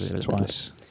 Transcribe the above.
Twice